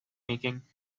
making